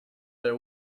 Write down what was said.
their